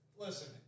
Listen